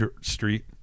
Street